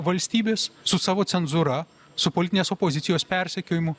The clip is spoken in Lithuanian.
valstybės su savo cenzūra su politinės opozicijos persekiojimu